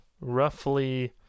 roughly